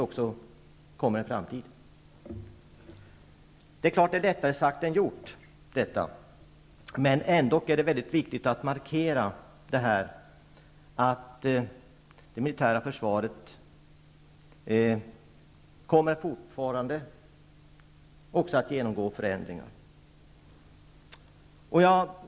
Det är klart att detta är lättare sagt än gjort. Men ändock är det viktigt att markera att det militära försvaret kommer att fortsätta att genomgå förändringar.